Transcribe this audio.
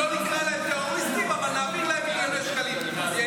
לא נקרא להם טרוריסטים אבל נעביר להם מיליוני דולרים כל